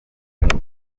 n’iki